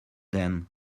then